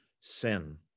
sin